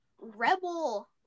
Rebel